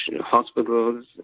hospitals